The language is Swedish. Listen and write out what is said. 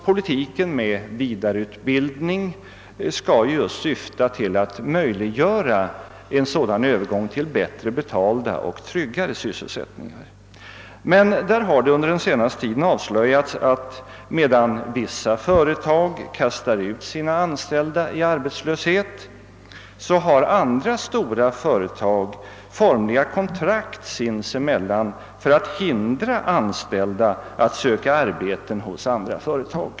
Politiken med vidareutbildning syftar just till att möjliggöra övergång till bättre betalda och tryggare sysselsättningar. Men under den senaste tiden har det avslöjats, att medan vissa företag kastar ut sina anställda i arbetslöshet har andra stora företag formliga kontrakt sinsemellan för att hindra anställda att söka arbeten hos andra företag.